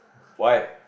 why